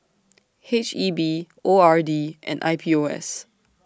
H E B O R D and I P O S